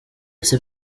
ese